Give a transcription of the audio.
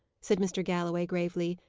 said mr. galloway, gravely,